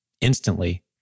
instantly